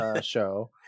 show